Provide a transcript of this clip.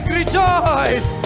rejoice